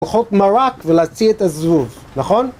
לאכול מרק ולהוציא את הזבוב, נכון?